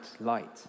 light